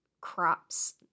crops